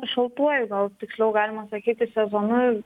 šaltuoju gal tiksliau galima sakyti sezonu